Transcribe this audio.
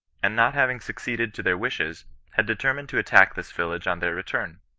and not having suc ceeded to their wishes, had determined to attack this village on their return.